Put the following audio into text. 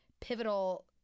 pivotal